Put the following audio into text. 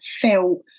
felt